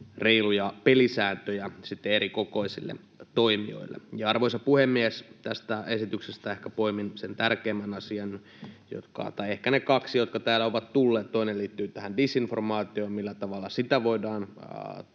reiluja pelisääntöjä erikokoisille toimijoille. Arvoisa puhemies! Tästä esityksestä ehkä poimin sen tärkeimmän asian — tai ehkä ne kaksi, jotka täällä ovat tulleet. Toinen liittyy tähän disinformaatioon, millä tavalla sitä voidaan